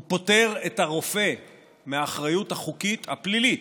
הוא פוטר את הרופא מהאחריות החוקית, הפלילית,